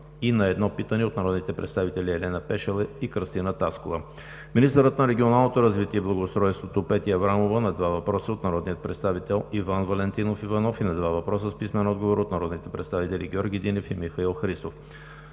и на едно питане от народните представители Елена Пешева и Кръстина Таскова; - министърът на регионалното развитие и благоустройството Петя Аврамова – на два въпроса от народния представител Иван Валентинов Иванов; и на два въпроса с писмен отговор от народните представители Георги Динев; и Михаил Христов.